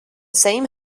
same